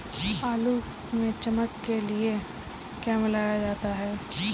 आलू में चमक के लिए क्या मिलाया जाता है?